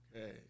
okay